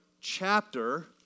chapter